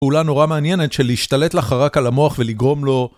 פעולה נורא מעניינת של להשתלט לך רק על המוח ולגרום לו.